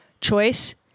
choice